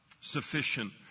sufficient